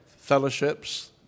fellowships